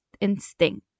instinct